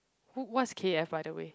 wh~ what's K F by the way